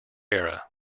era